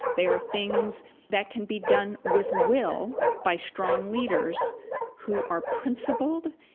they are things that can be done with will by strong leaders who are principled,